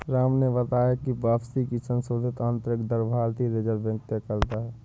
राम ने बताया की वापसी की संशोधित आंतरिक दर भारतीय रिजर्व बैंक तय करता है